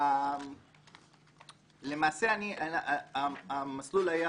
למעשה, המסלול היה